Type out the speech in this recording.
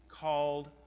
called